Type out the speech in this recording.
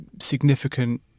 significant